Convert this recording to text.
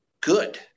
good